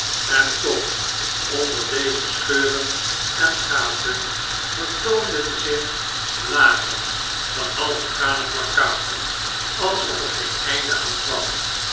en toch onder deze scheuren en gaten vertoonden zich lagen van half vergane plakkaten alsof ergeeneinde aan kwam